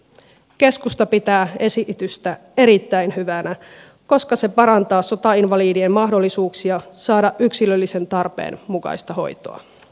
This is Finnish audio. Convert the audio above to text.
keskusta pitää esitystä erittäin hyvänä koska se parantaa sotainvalidien mahdollisuuksia saada yksilöllisen tarpeen mukaista hoitoa